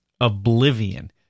oblivion